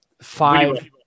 five